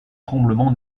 tremblement